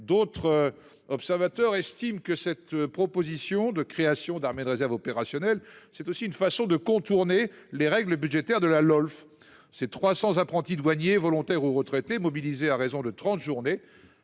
d'autres observateurs estiment que cette proposition de création d'armée de réserve opérationnelle c'est aussi une façon de contourner les règles budgétaires de la LOLF. C'est 300 apprentis douaniers volontaire ou retraités mobilisés à raison de 30 journées